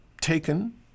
taken